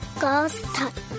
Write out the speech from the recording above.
Ghost